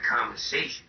conversation